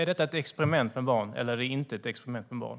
Är detta ett experiment med barn, eller är det inte ett experiment med barn?